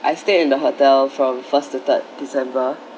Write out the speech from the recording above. I stay in the hotel from first to third december